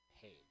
page